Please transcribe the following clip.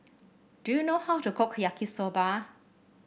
do you know how to cook Yaki Soba